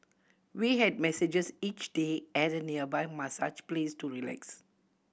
we had massages each day at a nearby massage place to relax